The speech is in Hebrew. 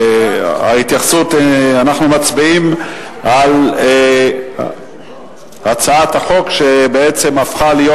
אנחנו מצביעים על הצעת החוק שבעצם הפכה להיות